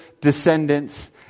descendants